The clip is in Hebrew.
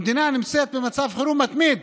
המדינה נמצאת במצב חירום מתמיד